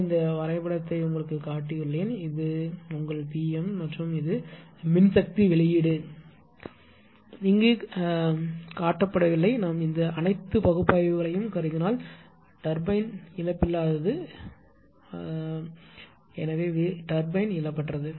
நான் இந்த வரைபடத்தை காட்டியுள்ளேன் இது உங்கள் பிஎம் மற்றும் இது மின்சக்தி வெளியீடு இங்கே காட்டப்படவில்லை நாம் இந்த அனைத்து பகுப்பாய்வுகளையும் கருதினால் டர்பைன்இழப்பில்லாதது என்று நாம் கருதுவோம் எனவே டர்பைன்இழப்பற்றது